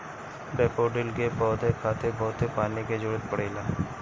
daffodil के पौधा खातिर बहुते पानी के जरुरत पड़ेला